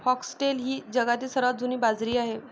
foxtail ही जगातील सर्वात जुनी बाजरी आहे